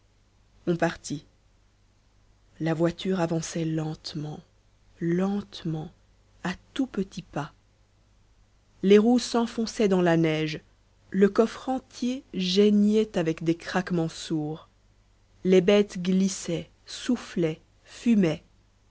on partit la voiture avançait lentement lentement à tout petits pas les roues s'enfonçaient dans la neige le coffre entier geignait avec des craquements sourds les bêtes glissaient soufflaient fumaient